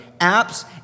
apps